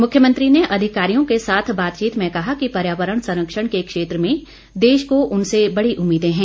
मुख्यमंत्री ने अधिकारियों के साथ बातचीत में कहा कि पर्यावरण संरक्षण के क्षेत्र में देश को उनसे बड़ी उम्मीदे हैं